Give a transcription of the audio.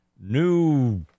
new